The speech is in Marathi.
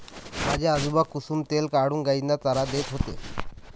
माझे आजोबा कुसुम तेल काढून गायींना चारा देत होते